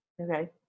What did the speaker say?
Okay